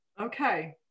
Okay